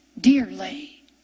Dearly